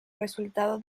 resultado